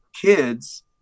kids